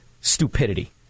stupidity